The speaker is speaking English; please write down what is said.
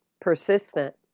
persistent